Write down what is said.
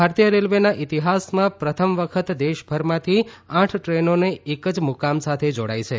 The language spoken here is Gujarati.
ભારતીય રેલવેના ઇતિહાસમાં પ્રથમ વખત દેશભરમાંથી આઠ દ્રેનો એક જ મુકામ સાથે જોડાઇ છે